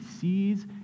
sees